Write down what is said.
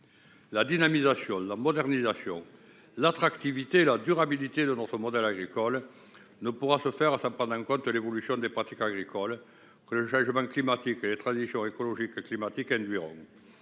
La dynamisation, la modernisation, l'attractivité et la durabilité de notre modèle agricole ne pourront être atteintes sans prendre en compte l'évolution des pratiques agricoles que le changement climatique ainsi que les transitions écologique et climatique induiront.